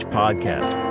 podcast